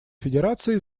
федерации